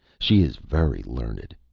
she is very learned.